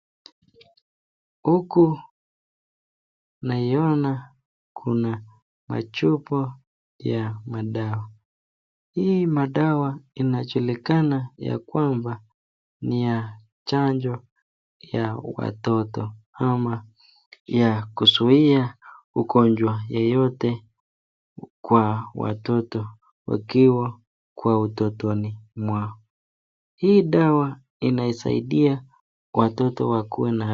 Huku naiona kuna machupa ya madawa, hii madawa inajulikana yakwamba ni ya chanjo ya watoto ama ya kuzuia ugonjwa yoyote kwawatoto wakiwa utotoni mwao. Hii dawa inasaidia watoto wakue na afya.